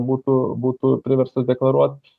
būtų būtų priverstas deklaruot